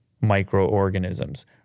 microorganisms